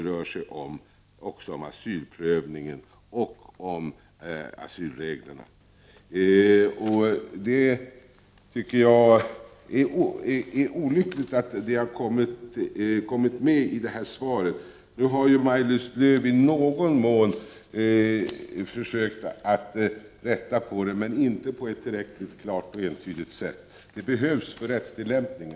Jag tänker då på asylprövningen och asylreglerna. Det är olyckligt att det har kommit med i detta svar. Maj-Lis Lööw har nu i någon mån försökt att rätta till det, men inte på ett tillräckligt klart och entydigt sätt. Det behövs nämligen för rättstillämpningen.